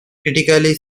critically